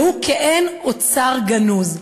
והוא כעין אוצר גנוז.